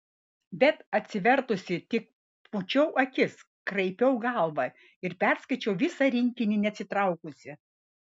bet atsivertusi tik pūčiau akis kraipiau galvą ir perskaičiau visą rinkinį neatsitraukusi